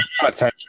Attention